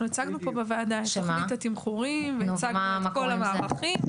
אנחנו הצגנו פה בוועדה את תוכנית התמחורים והצגנו את כל המערכים.